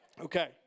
Okay